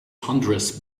hundredth